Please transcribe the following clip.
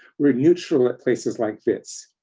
we're neutral at places like wits.